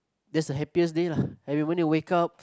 that's the happiest day lah every morning when you wake up